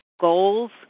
goals